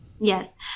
Yes